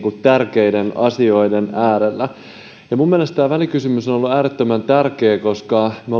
tärkeiden asioiden äärellä mielestäni tämä välikysymys on ollut äärettömän tärkeä koska me